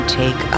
take